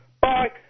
Bye